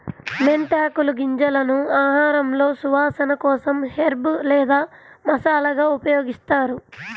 మెంతి ఆకులు, గింజలను ఆహారంలో సువాసన కోసం హెర్బ్ లేదా మసాలాగా ఉపయోగిస్తారు